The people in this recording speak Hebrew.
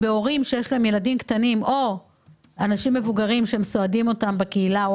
הורים שיש להם ילדים קטנים או אנשים מבוגרים שסועדים אותם בקהילה,